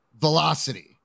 velocity